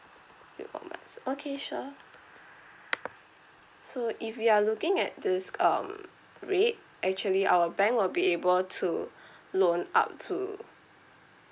three per month okay sure so if you are looking at this um rate actually our bank will be able to loan up to